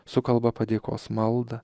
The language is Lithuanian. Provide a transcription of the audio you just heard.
sukalba padėkos maldą